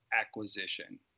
acquisition